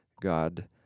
God